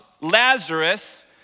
Lazarus